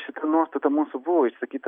šita nuostata mūsų buvo išsakyta